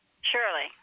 Surely